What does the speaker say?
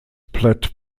platte